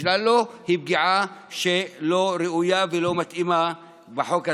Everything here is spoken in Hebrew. נשלל לו היא פגיעה לא ראויה ולא מתאימה בחוק הזה.